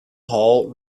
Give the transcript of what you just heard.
hall